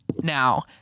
Now